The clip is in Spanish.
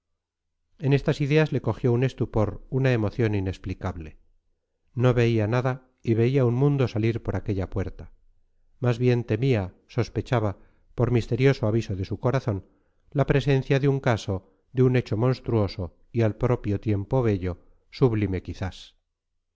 en estas ideas le cogió un estupor una emoción inexplicable no veía nada y veía un mundo salir por aquella puerta más bien temía sospechaba por misterioso aviso de su corazón la presencia de un caso de un hecho monstruoso y al propio tiempo bello sublime quizás